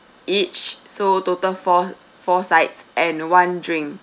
each so total four four sides and one drink